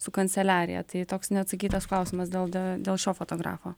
su kanceliarija tai toks neatsakytas klausimas dėl dėl šio fotografo